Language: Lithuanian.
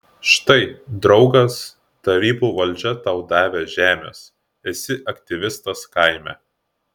štai draugas tarybų valdžia tau davė žemės esi aktyvistas kaime